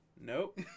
Nope